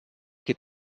che